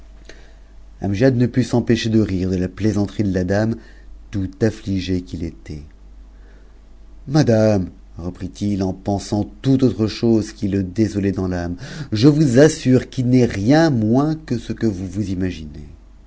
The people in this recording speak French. ne put s'empêcher de rire de la plaisanterie de la dame tn amigé qu'il était madame reprit-il en pensant toute autre chose qui désolait dans l'âme je vous assure qu'il n'est rien moins que ce que o vous imaginez